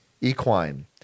Equine